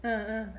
uh uh